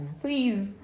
please